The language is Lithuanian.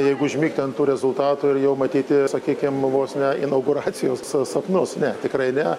jeigu užmigti ant tų rezultatų ir jau matyti sakykime vos ne inauguracijos sapnus ne tikrai ne